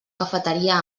cafeteria